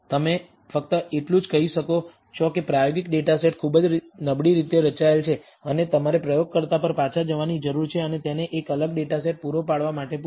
તમે ફક્ત એટલું જ કહી શકો છો કે પ્રાયોગિક ડેટા સેટ ખૂબ જ નબળી રીતે રચાયેલ છે અને તમારે પ્રયોગકર્તા પર પાછા જવાની જરૂર છે અને તેને એક અલગ ડેટા સેટ પૂરો પાડવા માટે પૂછો